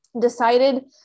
decided